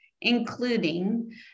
including